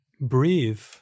breathe